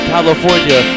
California